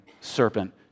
serpent